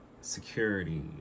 security